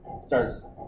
starts